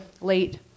late